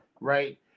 Right